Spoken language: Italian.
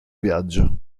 viaggio